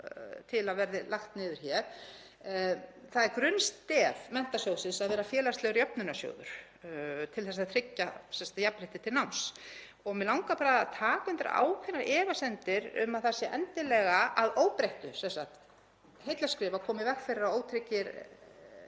til að verði lagt niður. Það er grunnstef Menntasjóðsins að vera félagslegur jöfnunarsjóður til þess að tryggja jafnrétti til náms. Mig langar bara að taka undir ákveðnar efasemdir um að það sé endilega að óbreyttu heillaskref að koma í veg fyrir að ótryggir